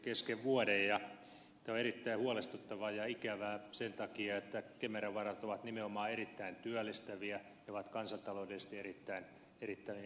tämä on erittäin huolestuttavaa ja ikävää sen takia että kemera varat ovat nimenomaan erittäin työllistäviä ne ovat kansantaloudellisesti erittäin järkeviä